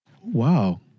Wow